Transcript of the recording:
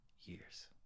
years